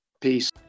Peace